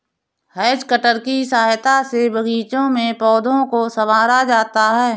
has cutter की सहायता से बागीचों में पौधों को सँवारा जाता है